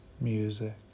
music